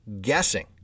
guessing